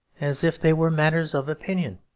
as if they were matters of opinion.